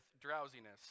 drowsiness